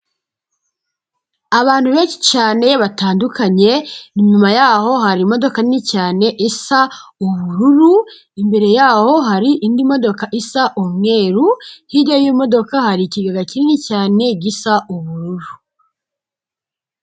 Abantu benshi cyane batandukanye inyuma yaho hari imodoka nini cyane isa ubururu, imbere yaho hari indi modoka isa umweru, hirya y'imodoka hari ikigega kinini cyane gisa ubururu.